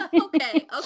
Okay